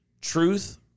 truth